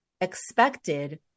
expected